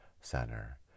Center